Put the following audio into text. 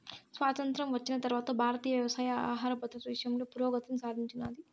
స్వాతంత్ర్యం వచ్చిన తరవాత భారతీయ వ్యవసాయం ఆహర భద్రత విషయంలో పురోగతిని సాధించినాది